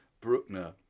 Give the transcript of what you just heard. Bruckner